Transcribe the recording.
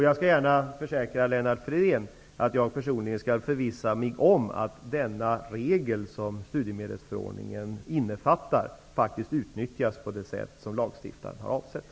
Jag skall gärna försäkra Lennart Fridén att jag personligen skall förvissa mig om att denna regel som studiemedelsförordningen innefattar utnyttjas på det sätt som lagstiftaren har ansett.